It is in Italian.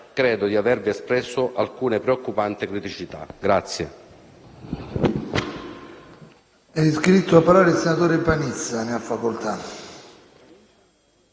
credo di avervi espresso alcune preoccupanti criticità.